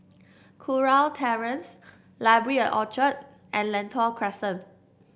Kurau Terrace Library at Orchard and Lentor Crescent